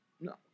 No